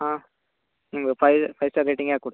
ಹಾಂ ನಿಮಗೆ five five star ರೇಟಿಂಗೇ ಹಾಕ್ಕೊಡ್ತಿನಿ